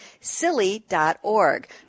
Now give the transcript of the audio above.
silly.org